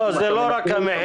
לא, זה לא רק המחיר.